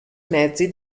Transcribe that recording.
mezzi